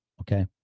Okay